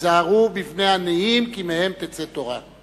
"היזהרו בבני עניים כי מהם תצא תורה".